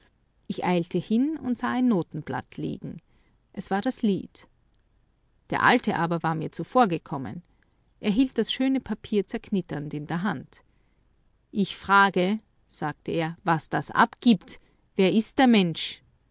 ich eilte hin und sah ein notenblatt liegen es war das lied der alte war mir aber zuvorgekommen er hielt das schöne papier zerknitternd in der hand ich frage sagte er was das abgibt wer ist der mensch